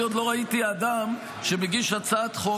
אני עוד לא ראיתי אדם שמגיש הצעת חוק